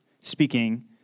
speaking